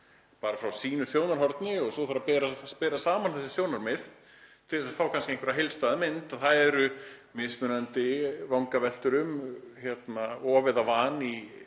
bara frá sínu sjónarhorni, og svo þarf að bera saman þessi sjónarmið til að fá kannski einhverja heildstæða mynd. Það eru mismunandi vangaveltur um of eða van í